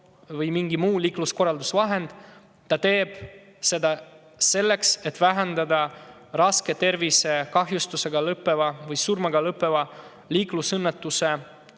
või mingi muu liikluskorraldusvahend, teeb ta seda selleks, et vähendada raske tervisekahjustusega või surmaga lõppevate liiklusõnnetuste tõenäosust.